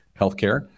healthcare